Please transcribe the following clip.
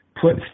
put